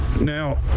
Now